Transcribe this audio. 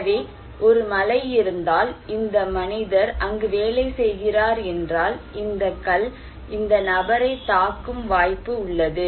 எனவே ஒரு மழை இருந்தால் இந்த மனிதர் அங்கு வேலை செய்கிறார் என்றால் இந்த கல் இந்த நபரைத் தாக்கும் வாய்ப்பு உள்ளது